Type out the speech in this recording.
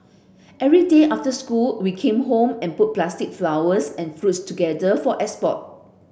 every day after school we came home and put plastic flowers and fruit together for export